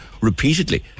repeatedly